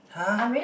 [huh]